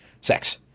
Sex